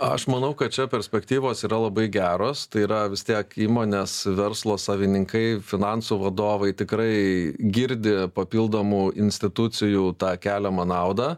aš manau kad čia perspektyvos yra labai geros tai yra vis tiek įmonės verslo savininkai finansų vadovai tikrai girdi papildomų institucijų tą keliamą naudą